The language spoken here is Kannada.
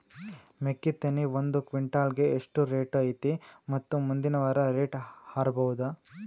ಮೆಕ್ಕಿ ತೆನಿ ಒಂದು ಕ್ವಿಂಟಾಲ್ ಗೆ ಎಷ್ಟು ರೇಟು ಐತಿ ಮತ್ತು ಮುಂದಿನ ವಾರ ರೇಟ್ ಹಾರಬಹುದ?